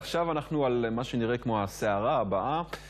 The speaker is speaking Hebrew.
עכשיו אנחנו על מה שנראה כמו הסערה הבאה.